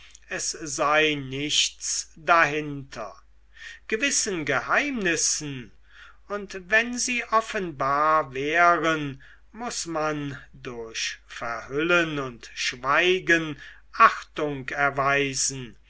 es sei nichts dahinter gewissen geheimnissen und wenn sie offenbar wären muß man durch verhüllen und schweigen achtung erweisen